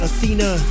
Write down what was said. Athena